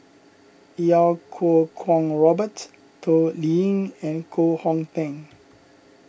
Iau Kuo Kwong Robert Toh Liying and Koh Hong Teng